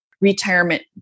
retirement